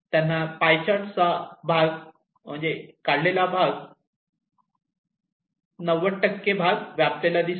त्यांनी pie chart चा 90 भाग व्यापलेला दिसतो